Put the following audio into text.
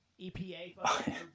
EPA